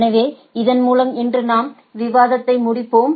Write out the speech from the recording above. எனவே இதன் மூலம் இன்று நாம் விவாதத்தை முடிப்போம்